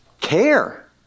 care